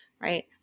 right